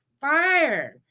Fire